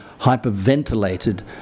hyperventilated